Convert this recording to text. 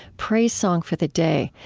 praise song for the day,